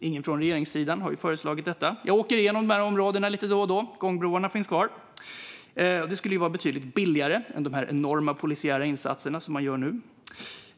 Ingen från regeringssidan har föreslagit detta. Jag åker igenom de här områdena lite då och då, och gångbroarna finns kvar. Det skulle vara betydligt billigare att riva dem än att göra de enorma polisiära insatser som man gör nu.